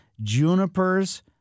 junipers